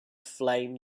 flame